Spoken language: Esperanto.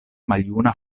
maljuna